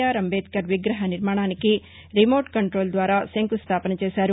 are Ambedkar విగ్రహ నిర్మాణానికి remote control ద్వారా శంకుస్తాపన చేశారు